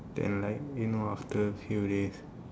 then like you know after few days